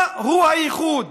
מהו הייחוד?